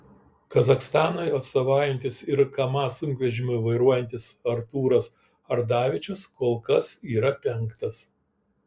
kazachstanui atstovaujantis ir kamaz sunkvežimį vairuojantis artūras ardavičius kol kas yra penktas